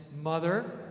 mother